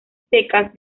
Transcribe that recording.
secas